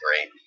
great